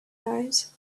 eyes